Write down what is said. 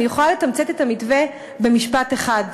אני יכולה לתמצת את המתווה במשפט אחד: